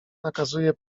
nakazuje